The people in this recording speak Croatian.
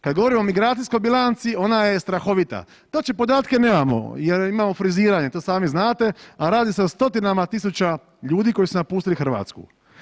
Kad govorimo o migracijskoj bilanci ona je strahovita, točne podatke nemamo jer imamo friziranje, to sami znate, a radi se o 100-tinama tisuća ljudi koji su napustili Hrvatsku.